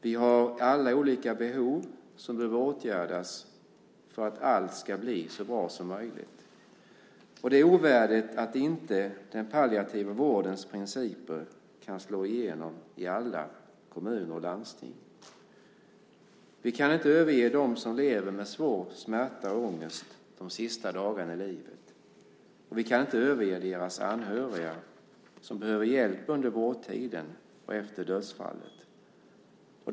Alla har vi olika behov som behöver åtgärdas för att allt ska bli så bra som möjligt. Det är ovärdigt att den palliativa vårdens principer inte kan slå igenom i alla kommuner och landsting. Vi kan inte överge dem som lever med svår smärta och ångest de sista dagarna i livet, och vi kan inte överge deras anhöriga som behöver hjälp både under vårdtiden och efter dödsfallet.